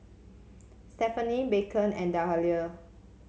Stephenie Beckham and Dahlia